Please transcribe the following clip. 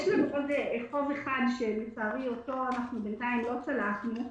יש לנו עוד חוב אחד שלצערי אותו בינתיים לא צלחנו למלא,